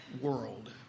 world